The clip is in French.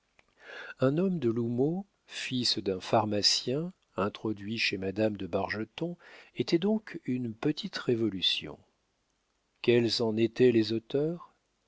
un homme de l'houmeau fils d'un pharmacien introduit chez madame de bargeton était donc une petite révolution quels en étaient les auteurs